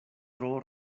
tro